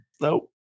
Nope